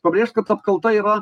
pabrėžt kad apkalta yra